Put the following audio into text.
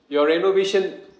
your renovation